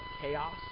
chaos